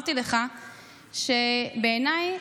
שבעיניי